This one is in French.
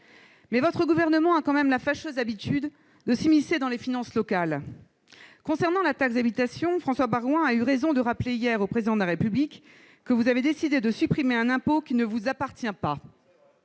mais votre gouvernement a tout de même la fâcheuse habitude de s'immiscer dans les finances locales. Concernant la taxe d'habitation, François Baroin a eu raison de rappeler hier au Président de la République que vous aviez décidé de supprimer un impôt qui ne vous appartient pas.